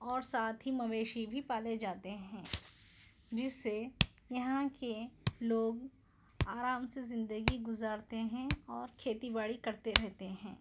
اور ساتھ ہی مویشی بھی پالے جاتے ہیں جس سے یہاں کے لوگ آرام سے زندگی گزارتے ہیں اور کھیتی باڑی کرتے رہتے ہیں